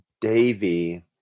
Davy